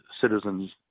citizens